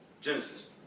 Genesis